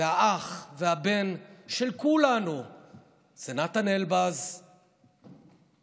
והאח והבן של כולנו זה נתן אלבז ה"מרוקאי"?